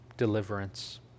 deliverance